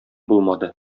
булмады